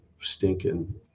stinking